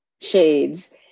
shades